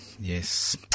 Yes